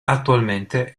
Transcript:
attualmente